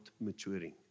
maturing